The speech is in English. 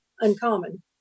uncommon